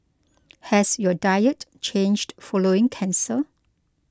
has your diet changed following cancer